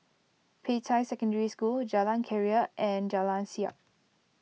Peicai Secondary School Jalan Keria and Jalan Siap